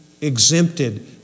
exempted